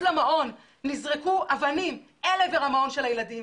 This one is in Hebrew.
למעון נזרקו אבנים אל עבר המעון של הילדים.